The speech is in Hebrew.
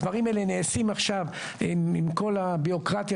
הדברים האלה נעשים עכשיו עם כל הביורוקרטיה